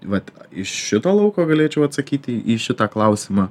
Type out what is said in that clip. vat iš šito lauko galėčiau atsakyti į šitą klausimą